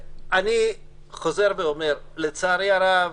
לצערי הרב,